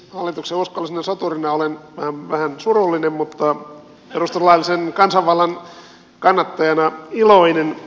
hallituksen uskollisena soturina olen vähän surullinen mutta perustuslaillisen kansanvallan kannattajana iloinen